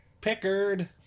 Pickard